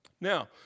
Now